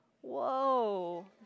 Whoa